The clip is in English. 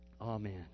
Amen